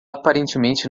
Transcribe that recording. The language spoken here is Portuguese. aparentemente